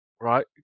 right